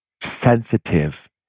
sensitive